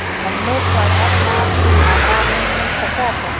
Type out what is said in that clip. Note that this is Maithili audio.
हम्मे पढ़ल न छी हमरा ऋण मिल सकत?